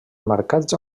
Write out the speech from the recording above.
marcats